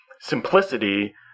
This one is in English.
simplicity